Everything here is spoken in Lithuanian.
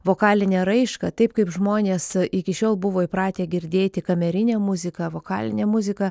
vokalinę raišką taip kaip žmonės iki šiol buvo įpratę girdėti kamerinė muzika vokalinė muzika